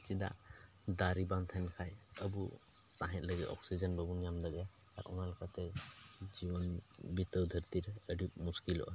ᱪᱮᱫᱟᱜ ᱫᱟᱨᱮ ᱵᱟᱝ ᱛᱟᱦᱮᱱ ᱠᱷᱟᱡ ᱟᱵᱚ ᱥᱟᱦᱮᱸᱫ ᱞᱟᱹᱜᱤᱫ ᱚᱠᱥᱤᱡᱮᱱ ᱵᱟᱵᱚᱱ ᱧᱟᱢ ᱫᱟᱲᱮᱭᱟᱜᱼᱟ ᱟᱠᱚ ᱚᱱᱮᱠᱟᱛᱮ ᱡᱤᱭᱚᱱ ᱵᱤᱛᱟᱹᱣ ᱫᱷᱟᱹᱨᱛᱤ ᱨᱮ ᱟᱹᱰᱤ ᱢᱩᱥᱠᱤᱞᱚᱜᱼᱟ